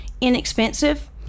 inexpensive